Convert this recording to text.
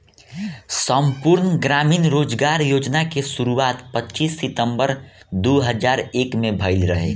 संपूर्ण ग्रामीण रोजगार योजना के शुरुआत पच्चीस सितंबर दो हज़ार एक में भइल रहे